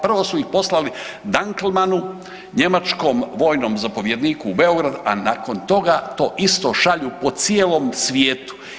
Prvo su ih poslali Dankelmanu, njemačkom vojnom zapovjedniku u Beogradu, a nakon toga to isto šalju po cijelom svijetu.